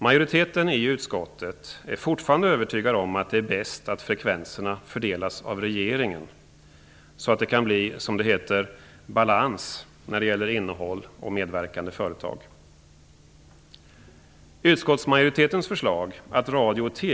Majoriteten i utskottet är fortfarande övertygad om att det är bäst att frekvenserna fördelas av regeringen, så att det kan bli, som det heter, balans när det gäller innehåll och medverkande företag.